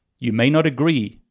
you may not agree,